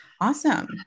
awesome